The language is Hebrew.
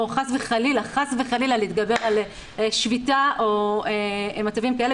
חס וחלילה חס וחלילה להתגבר על שביתה או מצבים כאלה.